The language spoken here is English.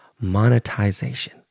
Monetization